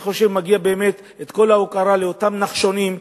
אני חושב שמגיעה באמת כל ההוקרה לאותם נחשונים,